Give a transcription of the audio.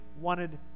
wanted